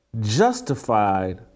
justified